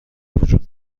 وجود